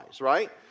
Right